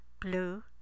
blue